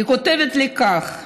היא כותבת לי כך: